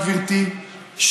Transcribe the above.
גברתי,